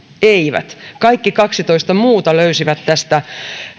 eivät kaikki kaksitoista muuta löysivät tästä